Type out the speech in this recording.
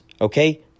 okay